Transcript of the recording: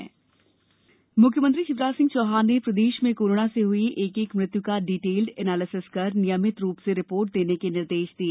corona समीक्षा म्ख्यमंत्री शिवराज सिंह चौहान ने प्रदेश में कोरोना से हई एक एक मृत्यू का डिटेल्ड एनालिसिस कर नियमित रूप से रिपोर्ट देने के निर्देश दिए